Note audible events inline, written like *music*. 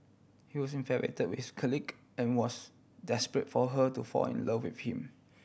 he was *unintelligible* with colleague and was desperate for her to fall in love with him